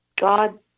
God